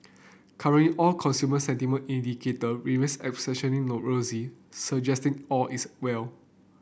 currently all consumer sentiment indicator remain exceptionally rosy suggesting all is well